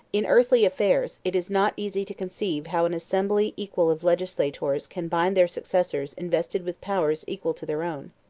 in earthly affairs, it is not easy to conceive how an assembly equal of legislators can bind their successors invested with powers equal to their own.